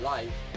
Life